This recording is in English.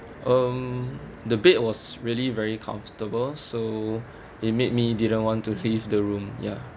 um the bed was really very comfortable so it made me didn't want to leave the room ya